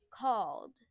called